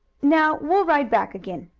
now we'll ride back again.